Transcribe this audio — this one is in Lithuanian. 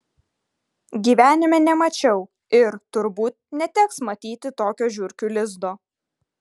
gyvenime nemačiau ir turbūt neteks matyti tokio žiurkių lizdo